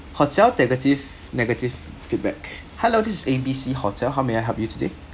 hotel negative negative feedback hello this is A B C hotel how may I help you today